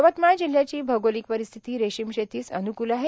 यवतमाळ जिल्ह्याची भौगोलीक परीस्थिती रेशीम शेतीस अन्कूल आहे